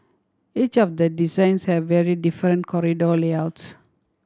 each of the designs have very different corridor layouts